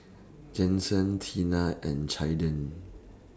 Jensen Teena and Caiden